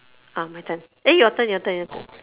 ah my turn eh your turn your turn your turn